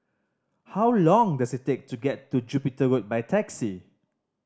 how long does it take to get to Jupiter Road by taxi